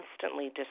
constantly